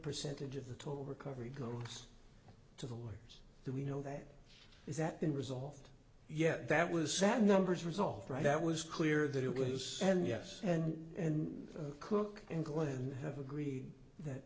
percentage of the total recovery goes to the lawyers do we know that is that unresolved yeah that was sad numbers result right that was clear that it was and yes and cook and glenn have agreed that